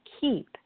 keep